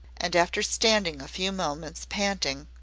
and after standing a few moments panting,